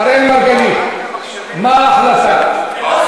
אראל מרגלית, מה ההחלטה?